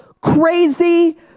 crazy